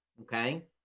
okay